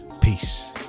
peace